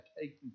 taking